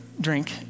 drink